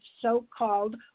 so-called